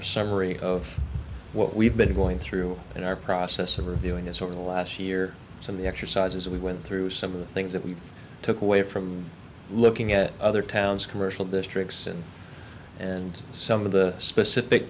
a summary of what we've been going through in our process of reviewing us over the last year and the exercises that we went through some of the things that we took away from looking at other towns commercial districts and some of the specific